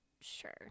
sure